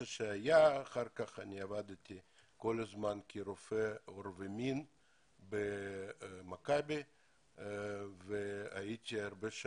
אחר כך עבדתי כל הזמן כרופא עור ומין במכבי והייתי שנים רבות,